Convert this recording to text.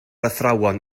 athrawon